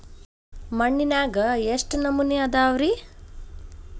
ಮಣ್ಣಿನಾಗ ಎಷ್ಟು ನಮೂನೆ ಅದಾವ ರಿ?